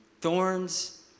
thorns